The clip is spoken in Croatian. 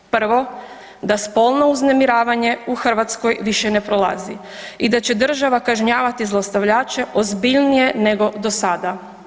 Prvo, da spolno uznemiravanje u Hrvatskoj više ne prolazi i da će država kažnjavati zlostavljače ozbiljnije nego do sada.